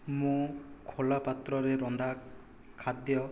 ମୁଁ ଖୋଲାପାତ୍ରରେ ରନ୍ଧା ଖାଦ୍ୟ